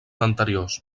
anteriors